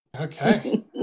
Okay